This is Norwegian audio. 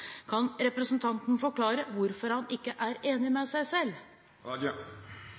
Kan representanten forklare hvorfor han ikke er enig med seg selv?